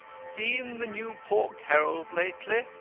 seen the new pork herald lately?